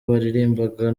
baririmbaga